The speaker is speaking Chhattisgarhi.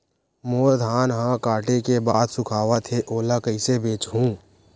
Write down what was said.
मोर धान ह काटे के बाद सुखावत हे ओला कइसे बेचहु?